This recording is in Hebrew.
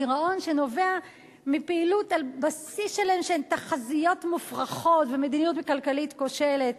גירעון שנובע מפעילות על בסיס של תחזיות מופרכות ומדיניות כלכלית כושלת.